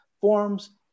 forms